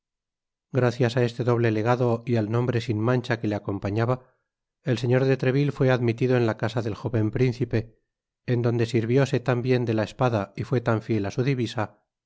gracias á este doble legado y al nombre sin mancha que le acompañaba el señor de treville fué admitido en la casa del jóven principe en donde sirvióse tan bien de la espada y fué tan fiel á su divisa